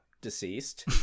deceased